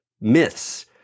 myths